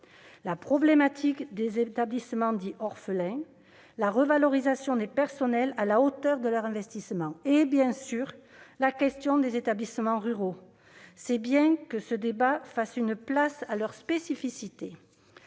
la problématique des établissements dits « orphelins », la revalorisation des personnels à la hauteur de leur investissement, et, bien sûr, la question des établissements ruraux. Il est positif que ce débat fasse une place à leurs spécificités,